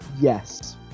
yes